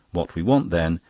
what we want, then,